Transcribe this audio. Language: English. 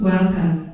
Welcome